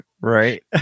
Right